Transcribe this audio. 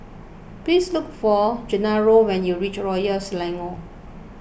please look for Gennaro when you reach Royal Selangor